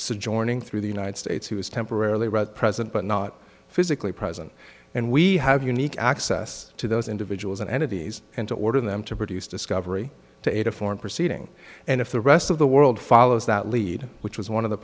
suggesting through the united states who is temporarily right present but not physically present and we have unique access to those individuals and entities and to order them to produce discovery to a foreign proceeding and if the rest of the world follows that lead which was one of the